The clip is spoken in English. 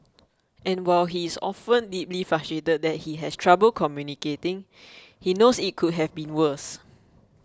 and while he is often deeply frustrated that he has trouble communicating he knows it could have been worse